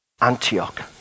Antioch